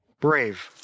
brave